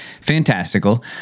fantastical